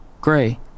Gray